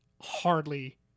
hardly